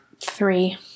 Three